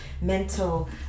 mental